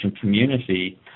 community